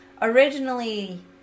originally